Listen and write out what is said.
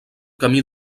camí